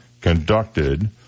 conducted